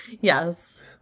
Yes